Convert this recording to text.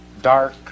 dark